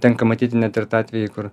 tenka matyti net ir tą atvejį kur